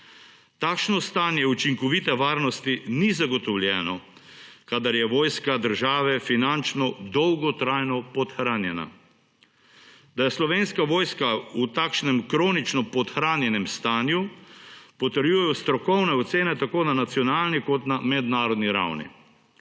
Takšno stanje učinkovite varnosti ni zagotovljeno, kadar je vojska države finančno dolgotrajno podhranjena. Da je Slovenska vojska v takšnem kronično podhranjenem stanju, potrjujejo strokovne ocene tako na nacionalni kot na mednarodni ravni.